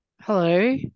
Hello